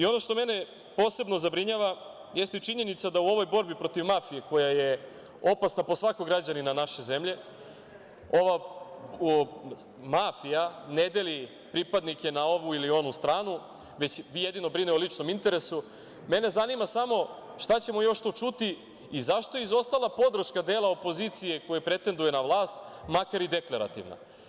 Ono što mene posebno zabrinjava jeste i činjenica da u ovoj borbi protiv mafije, koja je opasna po svakog građanina naše zemlje, mafija ne deli pripadnike na ovu ili onu stranu, već jedino brine o ličnom interesu, mene zanima samo šta ćemo još to čuti i zašto je izostala podrška dela opozicije koja pretenduje na vlast, makar i deklarativna?